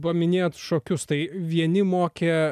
paminėjot šokius tai vieni mokė